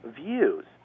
views